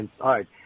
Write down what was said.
inside